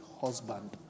husband